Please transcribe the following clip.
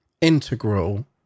integral